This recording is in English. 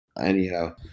anyhow